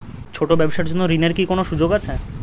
ছোট ব্যবসার জন্য ঋণ এর কি কোন সুযোগ আছে?